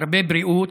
הרבה בריאות,